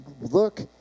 Look